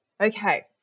Okay